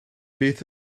beth